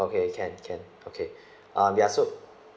okay can can okay uh there are soup